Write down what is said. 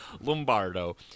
Lombardo